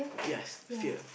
yes fear